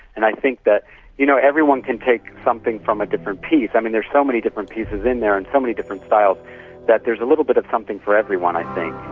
and i think that you know everyone can take something from a different piece. i mean, there are so many different pieces in there and so many different styles that there is a little bit of something for everyone i think.